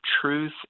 truth